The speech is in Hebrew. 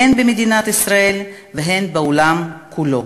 הן במדינת ישראל והן בעולם כולו.